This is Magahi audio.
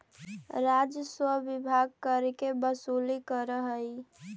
राजस्व विभाग कर के वसूली करऽ हई